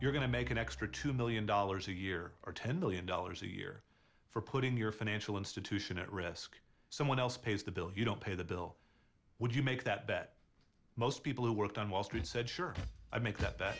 you're going to make an extra two million dollars a year or ten million dollars a year for putting your financial institution at risk someone else pays the bill you don't pay the bill would you make that that most people who worked on wall street said sure i m